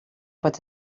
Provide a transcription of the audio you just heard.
pot